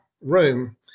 room